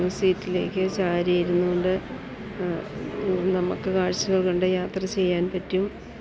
സീറ്റിലേക്ക് ചാരി ഇരുന്നു കൊണ്ട് നമ്മൾക്ക് കാഴ്ചകൾ കണ്ടു യാത്ര ചെയ്യാൻ പറ്റും